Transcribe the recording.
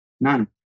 None